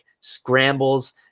scrambles